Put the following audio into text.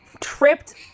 tripped